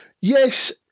yes